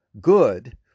good